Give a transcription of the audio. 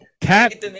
Cat